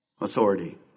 authority